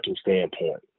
standpoint